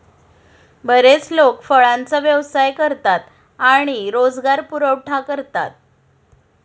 बरेच लोक फळांचा व्यवसाय करतात आणि रोजगार पुरवठा करतात